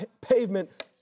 pavement